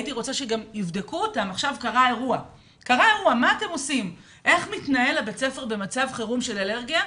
הייתי רוצה לראות מה עושה בית הספר במצב חירום של אלרגיה.